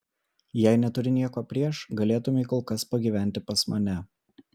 jei neturi nieko prieš galėtumei kol kas pagyventi pas mane